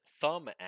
thumb